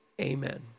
amen